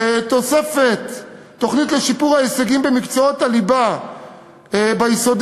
תוספת תוכנית לשיפור ההישגים במקצועות הליבה ביסודי,